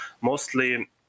mostly